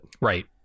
Right